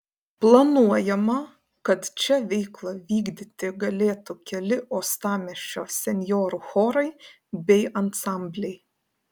planuojama kad čia veiklą vykdyti galėtų keli uostamiesčio senjorų chorai bei ansambliai